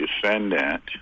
defendant